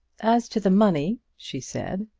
as to the money, she said,